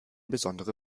besondere